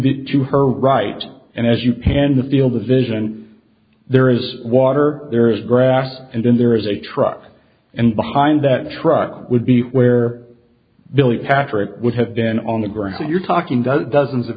be to her right and as you panned the field of vision there is water there is grass and then there is a truck and behind that truck would be where billy patrick would have been on the ground you're talking the dozens of